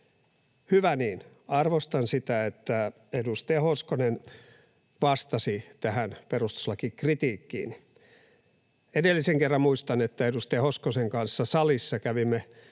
hyvä niin, arvostan sitä, että edustaja Hoskonen vastasi tähän perustuslakikritiikkiini. Muistan, että edellisen kerran edustaja Hoskosen kanssa salissa kävimme